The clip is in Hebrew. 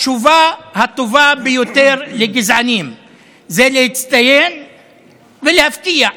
התשובה הטובה ביותר לגזענים זה להצטיין ולהפתיע.